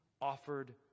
offered